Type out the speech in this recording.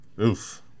Oof